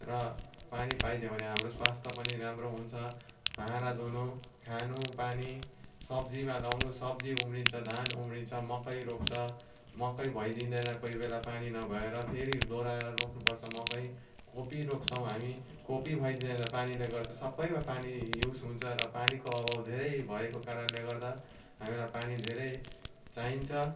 र पानी पाइदियो भने हाम्रो स्वास्थ्य पनि राम्रो हुन्छ भाँडा धुनु खानु पानी सब्जीमा लगाउनु सब्जी उम्रिन्छ धान उम्रिन्छ मकै रोप्छ मकै भइदिँदैन कोही बेला पानी नभएर फेरि दोहोऱ्याएर रोप्नुपर्छ मकै कोपी रोप्छौँ हामी कोपी भइदिँदैन पानीले गर्दा सबैमा पानी युज हुन्छ र पानीको अभाव धेरै भएको कारणले गर्दा हामीलाई पानी धेरै चाहिन्छ